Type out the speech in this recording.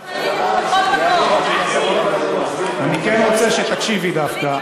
אני כן רוצה שתקשיבי, דווקא.